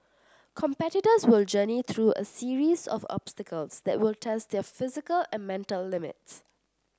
competitors will journey through a series of obstacles that will test their physical and mental limits